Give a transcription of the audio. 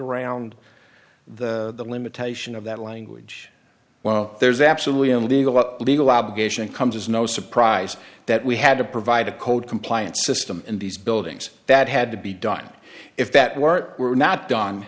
around the limitation of that language while there's absolutely a legal a legal obligation comes as no surprise that we had to provide a code compliance system in these buildings that had to be done if that were were not done